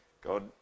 God